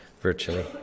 virtually